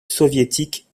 soviétique